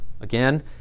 again